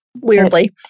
weirdly